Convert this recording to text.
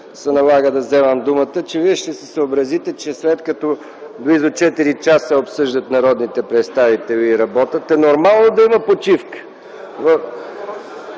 се налага да вземам думата, че Вие ще се съобразите, че след като близо четири часа народните представители обсъждат и работят е нормално да има почивка.